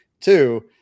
Two